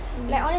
mmhmm